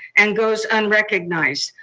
and goes unrecognized.